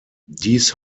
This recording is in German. dies